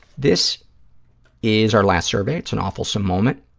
this is our last survey. it's an awfulsome moment.